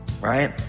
Right